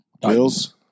Bills